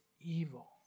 evil